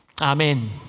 Amen